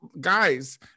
guys